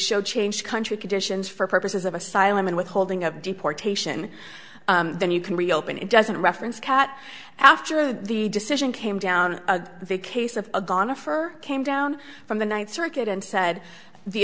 show change country conditions for purposes of asylum and withholding of deportation then you can reopen it doesn't reference cat after the decision came down the case of agana for came down from the ninth circuit and said the